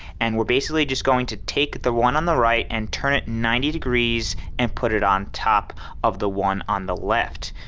and we're basically just going to take the one on the right and turn it ninety degrees and put it on top of the one on the left.